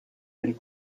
del